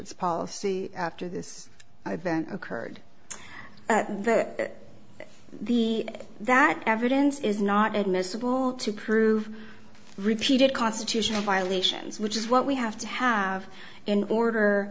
its policy after this event occurred that the that evidence is not admissible to prove repeated constitutional violations which is what we have to have in order